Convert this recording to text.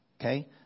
Okay